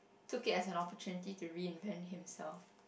took it as an opportunity to reinvent himself